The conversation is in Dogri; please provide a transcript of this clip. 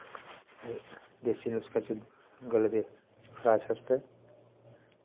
ते देसी नुस्खे च गले दे लाज़ आस्तै